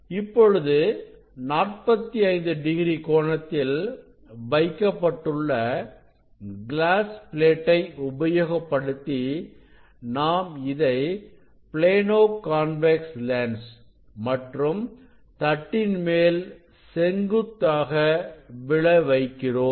இப்பொழுது 45 டிகிரி கோணத்தில் வைக்கப்பட்டுள்ள கிளாஸ் பிளேட்டை உபயோகப்படுத்தி நாம் இதை ப்ளேனோ கான்வெக்ஸ் லென்ஸ் மற்றும் தட்டின் மேல் செங்குத்தாக விழ வைக்கிறோம்